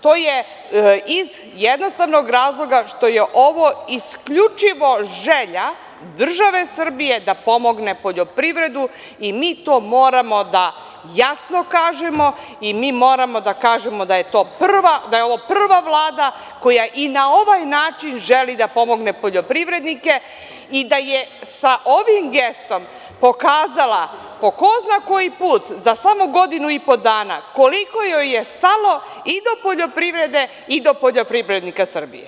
To je iz jednostavnog razloga što je ovo isključivo želja države Srbije, da pomogne poljoprivredu i mi to moramo da jasno kažemo, i mi moramo da kažemo da je ova prava Vlada koja i na ovaj način želi da pomogne poljoprivrednike, i da je sa ovim gestom pokazala po ko zna koji put za samo godinu i po dana, koliko joj je stalo i do poljoprivrede i do poljoprivrednika Srbije.